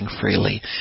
freely